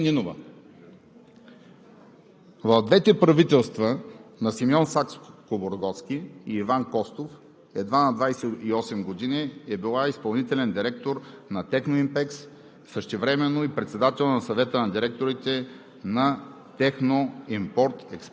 БСП като партия, но те имат и конкретни имена. Корнелия Нинова. В двете правителства – на Симеон Сакскобургготски и Иван Костов, едва на 28 години е била изпълнителен директор на Техноимпекс,